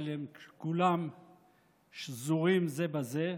אבל הם כולם שזורים זה בזה.